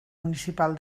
municipal